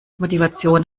motivation